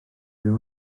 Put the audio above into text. byw